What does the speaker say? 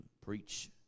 preach